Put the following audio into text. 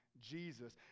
jesus